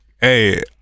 Hey